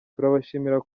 turabashimira